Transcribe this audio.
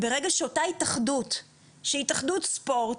אותה התאחדות, שהיא התאחדות ספורט